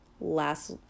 last